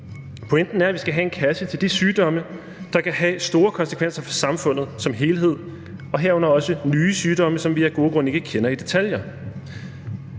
Pointen er, at vi skal have en kasse til de sygdomme, der kan have store konsekvenser for samfundet som helhed, og herunder også nye sygdomme, som vi af gode grunde ikke kender i detaljer.